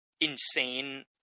insane